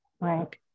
right